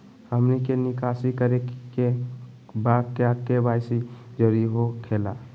हमनी के निकासी करे के बा क्या के.वाई.सी जरूरी हो खेला?